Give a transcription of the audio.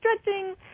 stretching